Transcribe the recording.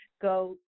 go